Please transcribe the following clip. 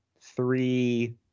three